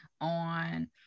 on